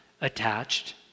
attached